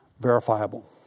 Verifiable